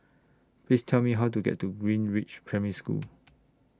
Please Tell Me How to get to Greenridge Primary School